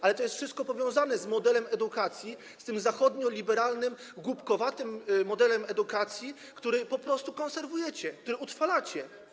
Ale to wszystko jest powiązane z modelem edukacji, z tym zachodnio-liberalnym, głupkowatym modelem edukacji, który po prostu konserwujecie, który utrwalacie.